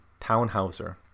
Townhauser